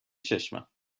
چشمم